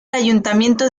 ayuntamiento